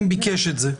ביקש את זה.